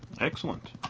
Excellent